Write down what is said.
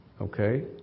Okay